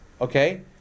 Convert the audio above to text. okay